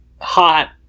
hot